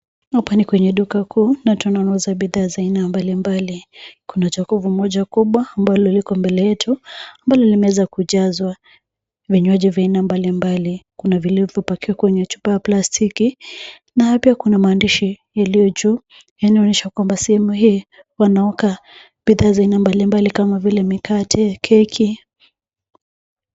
Hapa ni kwenye duka kuu na tunaona bidhaa za aina mbalimbali. Kuna jokovu moja kubwa ambalo liko mbele yetu ambalo limeweza kujazwa vinywaji vya aina mbalimbali. Kuna vile vilivyopakiwa kwenye chupa ya plastiki. Na pia kuna maandishi yaliyo juu yanaonyesha kwamba sehemu hii wanaoka bidhaa mbalimbali kama vile mikate, keki.